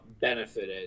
benefited